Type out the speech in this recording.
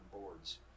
boards